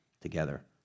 together